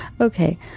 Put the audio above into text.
Okay